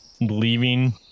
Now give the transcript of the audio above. leaving